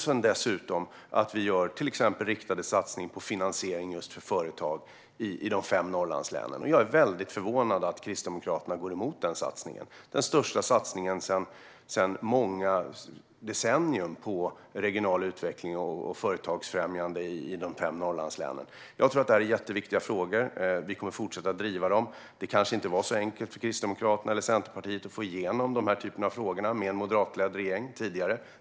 Dessutom gör vi till exempel riktade satsningar på finansiering just till företag i de fem Norrlandslänen. Jag är väldigt förvånad över att Kristdemokraterna går emot denna satsning - den största satsningen på många decennier på regional utveckling och företagsfrämjande i de fem Norrlandslänen. Jag tror att detta är jätteviktiga frågor. Vi kommer att fortsätta att driva dem. Det kanske inte var så enkelt för Kristdemokraterna eller Centerpartiet att få igenom denna typ av frågor med en moderatledd regering tidigare.